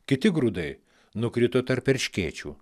kiti grūdai nukrito tarp erškėčių